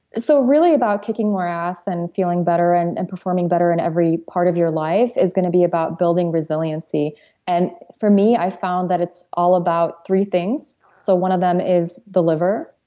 so really about kicking more ass and feeling better and and performing better in every part of your life is going to be about building resiliency and for me, i found that it's all about three things. so one of them is, the liver.